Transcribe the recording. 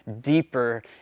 deeper